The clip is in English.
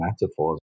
metaphors